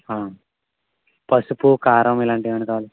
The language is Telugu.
పసుపు కారం ఇలాంటివి ఏమన్నా కావాలా